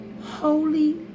Holy